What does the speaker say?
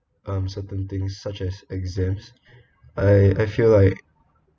um certain things such as exams I I feel like